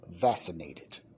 vaccinated